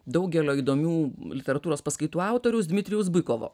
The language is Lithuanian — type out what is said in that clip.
daugelio įdomių literatūros paskaitų autoriaus dimitrijaus bykovo